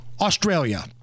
Australia